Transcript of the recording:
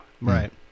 Right